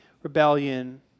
rebellion